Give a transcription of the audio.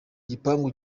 gipangu